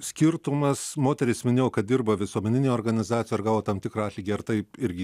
skirtumas moteris minėjo kad dirba visuomeninėj organizacijo ar gavo tam tikrą atlygį ar tai irgi